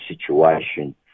situation